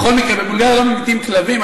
בכל מקרה, בבולגריה לא ממיתים כלבים.